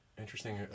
interesting